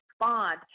respond